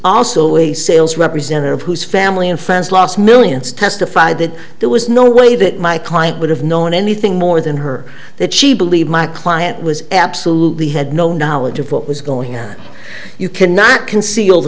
also a sales representative whose family and friends lost millions testified that there was no way that my client would have known anything more than her that she believed my client was absolutely had no knowledge of what was going on you cannot conceal